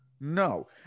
no